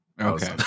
Okay